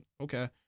okay